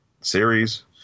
series